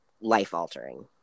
life-altering